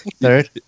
third